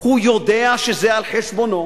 הוא יודע שזה על חשבונו,